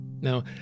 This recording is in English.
Now